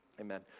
amen